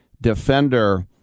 defender